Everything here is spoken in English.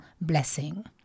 blessing